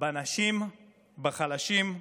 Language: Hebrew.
בנשים, בחלשים,